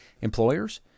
Employers